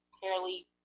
fairly